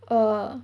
err